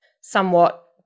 somewhat